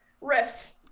riff